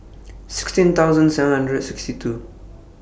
sixteen thousand seven hundred and sixty two